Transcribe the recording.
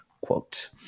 quote